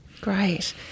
Great